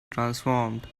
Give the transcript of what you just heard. transformed